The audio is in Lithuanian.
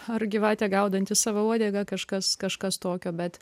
ar gyvatė gaudanti savo uodegą kažkas kažkas tokio bet